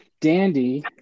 Dandy